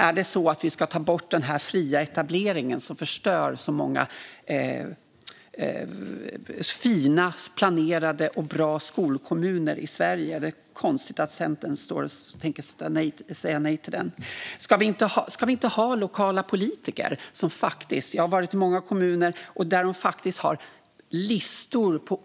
Är det så att vi ska ta bort den fria etableringen som förstör så många fina, planerade och bra skolkommuner i Sverige? Det är konstigt att Centern tänker säga nej. Ska vi inte ha lokala politiker? Jag har varit i många kommuner där de har listor på